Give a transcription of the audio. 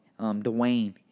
Dwayne